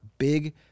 Big